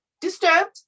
disturbed